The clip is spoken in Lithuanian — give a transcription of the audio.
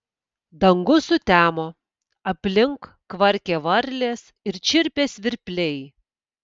dangus sutemo aplink kvarkė varlės ir čirpė svirpliai